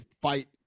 fight